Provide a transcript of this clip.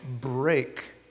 break